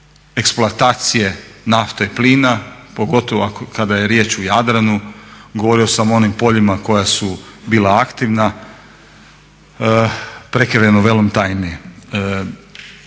eksploatacije nafte, plina, pogotovo kada je riječ u Jadranu, govorio sam o onim poljima koja su bila aktivna prekriveno velom tajni.